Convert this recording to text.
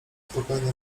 spokojnej